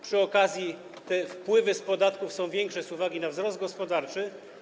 Przy okazji, te wpływy z podatków są większe z uwagi na wzrost gospodarczy.